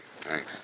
Thanks